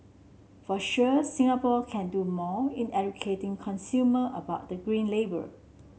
for sure Singapore can do more in educating consumer about the green label